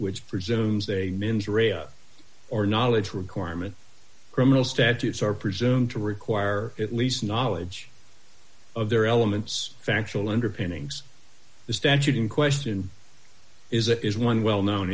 which presumes a mens rea or knowledge requirement criminal statutes are presumed to require at least knowledge of their elements factual underpinnings the statute in question is a is one well known